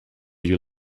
you